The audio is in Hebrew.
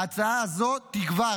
ההצעה הזאת תגבר,